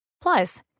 Plus